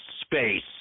space